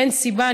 אין סיבה,